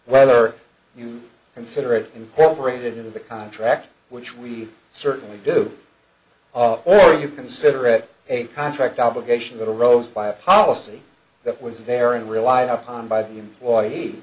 whether you consider it imported into the contract which we certainly do of or you consider it a contract obligation that arose by a policy that was there and relied upon by the employee